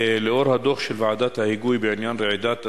לאור הדוח של ועדת ההיגוי בעניין רעידות אדמה,